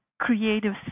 creative